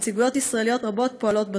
ונציגויות ישראליות רבות פועלות בתחום.